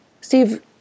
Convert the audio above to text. Steve